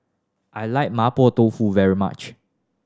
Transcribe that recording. I like Mapo Tofu very much